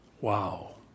Wow